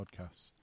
podcasts